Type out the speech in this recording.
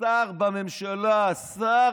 שר בממשלה, השר